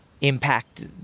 impact